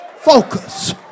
Focus